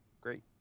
great